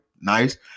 nice